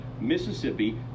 mississippi